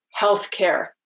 healthcare